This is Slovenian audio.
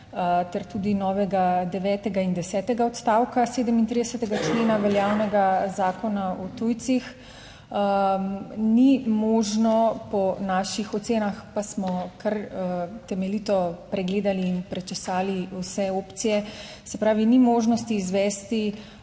ter tudi novega 9. in desetega odstavka 37. člena veljavnega Zakona o tujcih ni možno po naših ocenah, pa smo kar temeljito pregledali in prečesali vse opcije, se pravi, ni možnosti izvesti